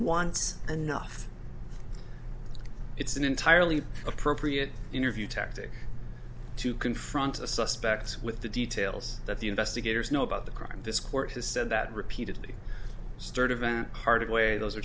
once enough it's an entirely appropriate interview tactic to confront the suspects with the details that the investigators know about the crime this court has said that repeatedly sturtevant hearted way those are